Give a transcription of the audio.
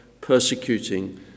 persecuting